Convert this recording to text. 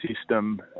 system